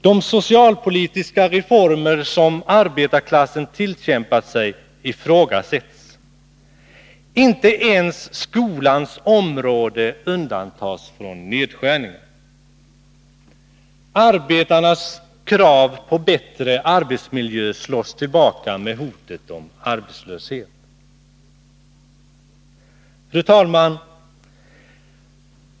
De socialpolitiska reformer som arbetarklassen tillkämpat sig ifrågasätts. Inte ens skolans område undantas från nedskärningar. Arbetarnas krav på bättre arbetsmiljö slås tillbaka med hotet om arbetslöshet. Fru talman!